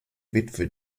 witwe